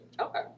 Okay